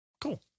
cool